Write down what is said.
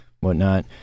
whatnot